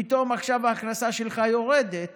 פתאום עכשיו ההכנסה שלך יורדת